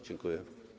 Dziękuję.